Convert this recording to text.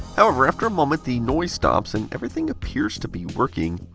however, after a moment the noise stops and everything appears to be working.